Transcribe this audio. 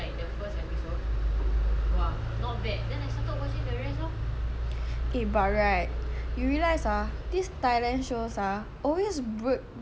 eh but right you realise ah this thailand shows always break into different parts a bit annoying ah cause later a lot of advertisement